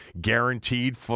guaranteed